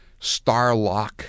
Starlock